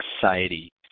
Society